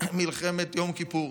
מלחמת יום כיפור.